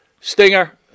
Stinger